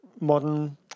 modern